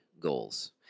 goals